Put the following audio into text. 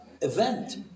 event